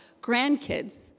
grandkids